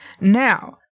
Now